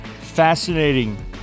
fascinating